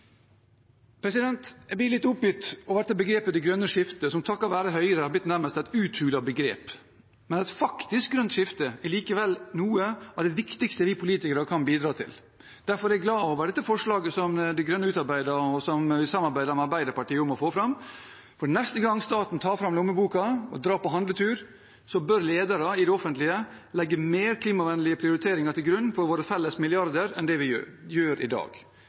Jeg blir litt oppgitt over begrepet «det grønne skiftet», som takket være Høyre er blitt et nærmest uthulet begrep. Et faktisk grønt skifte er likevel noe av det viktigste vi politikere kan bidra til. Derfor er jeg glad for dette forslaget som De Grønne har utarbeidet, og som vi har samarbeidet med Arbeiderpartiet om å fremme, for neste gang staten tar fram lommeboken og drar på handletur, bør ledere i det offentlige legge mer klimavennlige prioriteringer til grunn for våre felles milliarder enn man gjør i dag.